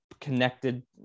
connected